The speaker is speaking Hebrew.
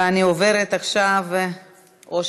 איל